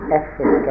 effort